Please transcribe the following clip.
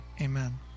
Amen